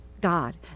god